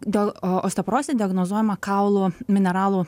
dėl osteoporozė diagnozuojama kaulų mineralų